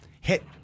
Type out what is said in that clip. hit